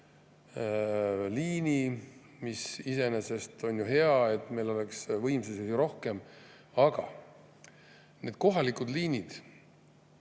liini, mis iseenesest oleks ju hea, meil oleks võimsusi rohkem. Aga need kohalikud liinid,